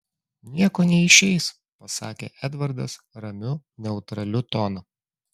nieko neišeis pasakė edvardas ramiu neutraliu tonu